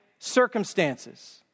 circumstances